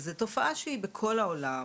שזו תופעה שהיא בכל העולם,